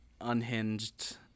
unhinged